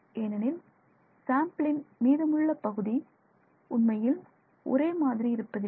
ஏனெனில் சாம்பிளின் மீதமுள்ள பகுதி உண்மையில் ஒரே மாதிரி இருப்பதில்லை